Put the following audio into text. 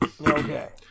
Okay